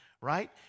right